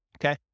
okay